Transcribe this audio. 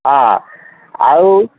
ହଁ ଆଉ